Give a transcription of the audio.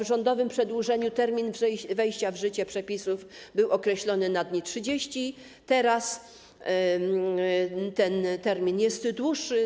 W rządowym przedłożeniu termin wejścia w życie przepisów był określony na 30 dni, a teraz ten termin jest dłuższy.